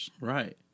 Right